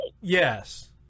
yes